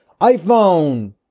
iPhone